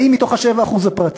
באים מתוך ה-7% הפרטיים.